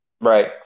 Right